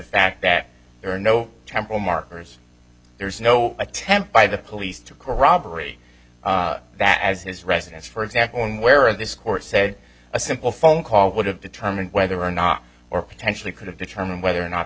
fact that there are no temporal markers there's no attempt by the police to corroborate that as his residence for example on where this court said a simple phone call would have determined whether or not or potentially could have determined whether or not